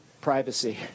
privacy